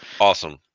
Awesome